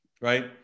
right